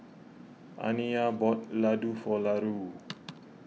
Aniyah bought Laddu for Larue